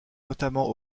notamment